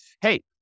hey